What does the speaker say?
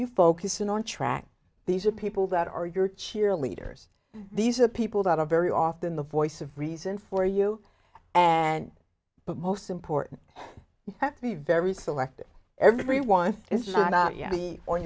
you focused in on track these are people that are your cheerleaders these are people that are very often the voice of reason for you and but most important you have to be very selective everyone is not y